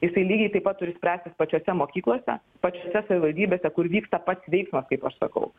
jisai lygiai taip pat turi spręstis pačiose mokyklose pačiose savivaldybėse kur vyksta pats veiksmas kaip aš sakau